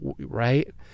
right